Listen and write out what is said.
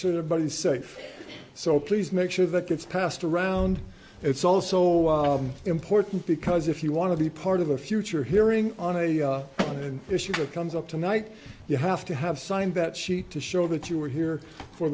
sure their body is safe so please make sure that gets passed around it's also important because if you want to be part of a future hearing on a on an issue comes up tonight you have to have signed that sheet to show that you were here for